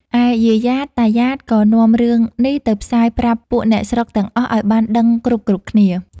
ឯយាយយ៉ាត តាយ៉ាត ក៏នាំរឿងនេះទៅផ្សាយប្រាប់ពួកអ្នកស្រុកទាំងអស់ឱ្យបានដឹងគ្រប់ៗគ្នា។